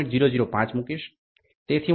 005 મૂકીશ તેથી હું 45